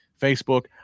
Facebook